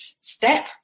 step